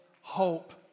hope